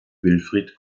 wilfried